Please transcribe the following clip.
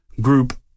group